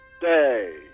day